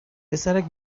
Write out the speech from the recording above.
پسرک